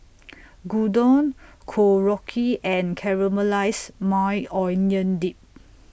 Gyudon Korokke and Caramelized Maui Onion Dip